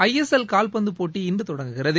ஐ S L கால்பந்து போட்டி இன்று தொடங்குகிறது